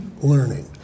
learning